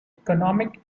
economic